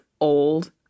old